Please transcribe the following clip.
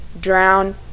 drown